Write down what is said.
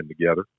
together